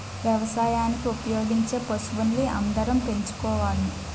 వ్యవసాయానికి ఉపయోగించే పశువుల్ని అందరం పెంచుకోవాలి